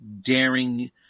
daring